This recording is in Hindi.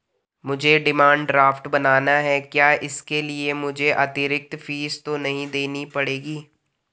मुझे डिमांड ड्राफ्ट बनाना है क्या इसके लिए मुझे अतिरिक्त फीस तो नहीं देनी पड़ेगी?